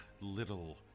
little